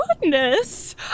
Goodness